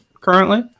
currently